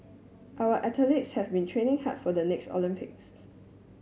our athletes have been training hard for the next Olympics